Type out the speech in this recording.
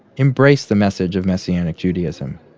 embrace the message of messianic judaism.